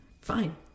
Fine